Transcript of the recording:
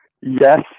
Yes